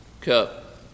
cup